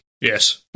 Yes